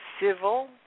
civil